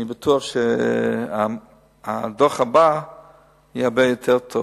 אני בטוח שהדוח הבא יהיה הרבה יותר טוב.